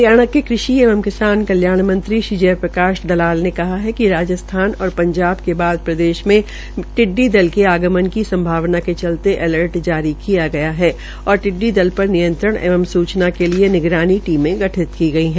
हरियाणा क कृषि एवं किसान कल्याण मंत्री जय प्रकाश दलाल ने कहा है कि राजस्थान और पंजाब के बाद प्रदेश में टिड़डी दल में टिड़डी दल के आगमन के संभावना के चलते अलर्ट जारी किया गया है और टिड्डी दल पर नियंत्रण एवं सूचना के लिये निगारनी टीमें गठित की गई है